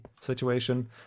situation